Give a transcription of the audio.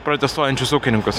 protestuojančius ūkininkus